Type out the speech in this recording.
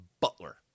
Butler